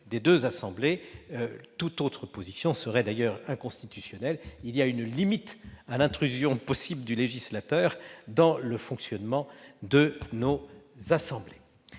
des deux assemblées. Toute autre position serait d'ailleurs inconstitutionnelle : il y a une limite à l'intrusion possible du législateur dans le fonctionnement de nos assemblées.